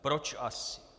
Proč asi?